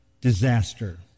disaster